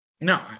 No